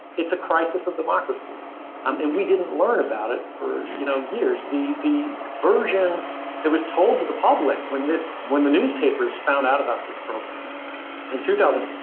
it's a crisis of democracy and i mean we didn't learn about it for you know years. the the version that was told to the public when this when the newspapers found out about this program in two thousand